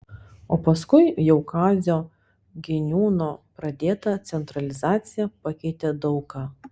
o paskui jau kazio giniūno pradėta centralizacija pakeitė daug ką